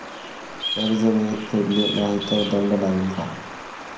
कर्ज वेळेत फेडले नाही तर दंड लागेल का?